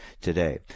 today